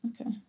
Okay